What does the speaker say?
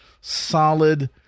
solid